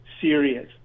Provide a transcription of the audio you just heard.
serious